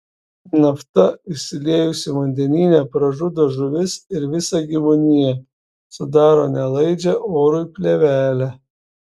nafta išsiliejusi vandenyne pražudo žuvis ir visą gyvūniją sudaro nelaidžią orui plėvelę